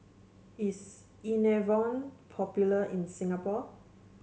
is Enervon popular in Singapore